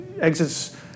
exits